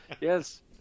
Yes